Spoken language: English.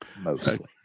mostly